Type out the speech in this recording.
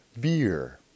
Beer